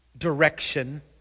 direction